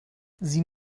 sie